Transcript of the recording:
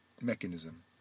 mechanism